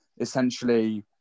essentially